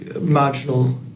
marginal